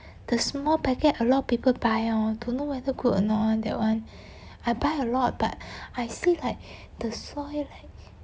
the small packet a lot people buy hor don't know whether good or not [one] that one I buy a lot but I see like the soil like